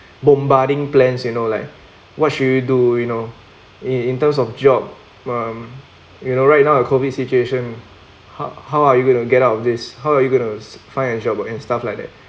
bombarding plans you know like what should you do you know in in terms of job um you know right now uh COVID situation how how are you going to get out of this how are you going to find a job and stuff like that